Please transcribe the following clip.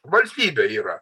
valstybė yra